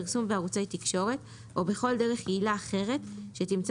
פרסום בערוצי תקשורת או בכל דרך יעילה אחרת שתמצא